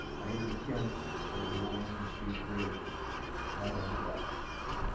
i entered kent over the old main street bridge and right onto water street,